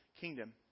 kingdom